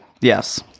Yes